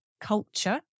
culture